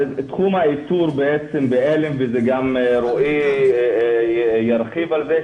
תחום האיתור בעצם בעלם וגם רועי ירחיב על זה,